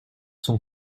son